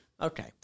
Okay